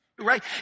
Right